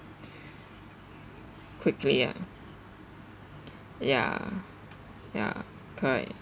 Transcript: quickly ah ya ya correct